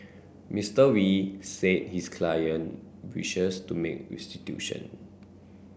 Mister Wee said his client wishes to make restitution